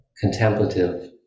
contemplative